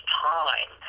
time